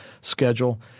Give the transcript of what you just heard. schedule